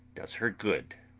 does her good.